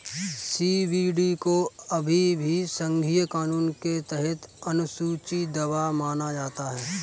CBD को अभी भी संघीय कानून के तहत अनुसूची दवा माना जाता है